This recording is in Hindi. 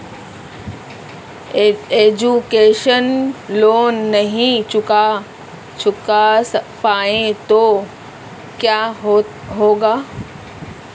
एजुकेशन लोंन नहीं चुका पाए तो क्या होगा?